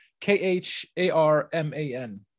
K-H-A-R-M-A-N